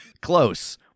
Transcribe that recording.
Close